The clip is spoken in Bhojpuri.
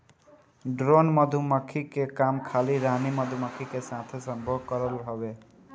ड्रोन मधुमक्खी के काम खाली रानी मधुमक्खी के साथे संभोग करल हवे